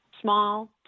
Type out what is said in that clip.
small